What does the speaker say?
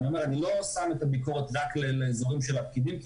ואני לא שם את הביקורת רק לפקידים כי